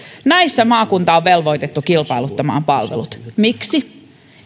maakunta on velvoitettu kilpailuttamaan palvelut miksi